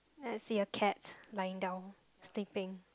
I see a cat lying down sleeping